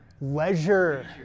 Leisure